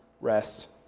rest